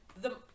the-